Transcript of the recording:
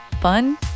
fun